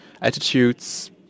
attitudes